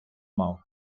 мав